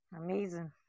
Amazing